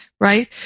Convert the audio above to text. right